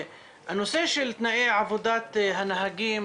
הנושא של תנאי עבודת הנהגים.